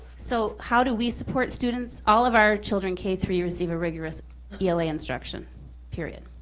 so how do we support students? all of our children, k three, receive a rigorous ela instruction period.